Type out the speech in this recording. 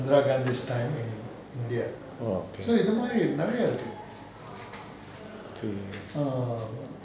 oh okay